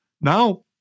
Now